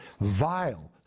vile